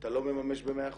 אתה לא מממש במאה אחוז?